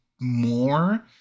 more